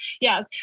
Yes